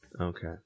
Okay